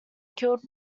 killed